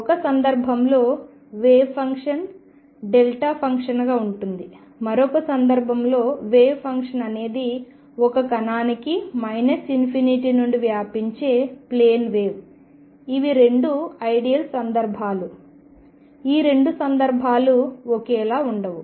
ఒక సందర్భంలో wave function δ ఫంక్షన్గా ఉంటుంది మరొక సందర్భంలో వేవ్ ఫంక్షన్ అనేది ఒక కణానికి ∞ నుండి వ్యాపించే ప్లేన్ వేవ్ ఇవి రెండు ఐడియల్ సందర్భాలు ఈ రెండు సందర్భాలు ఒకేలా ఉండవు